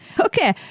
Okay